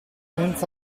senza